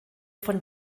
von